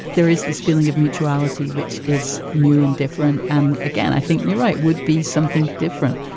there is this feeling of mutuality, which is new and different. and again, i think you're right, would be something different,